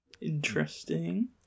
Interesting